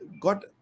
got